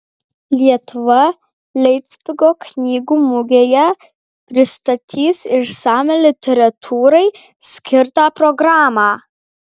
lietuva leipcigo knygų mugėje pristatys išsamią literatūrai skirtą programą